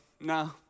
no